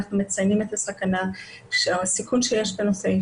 אנחנו מציינים את הסכנה והסיכון שיש בנושא העישון.